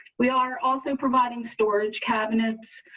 we are also providing storage cabinets.